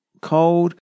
Cold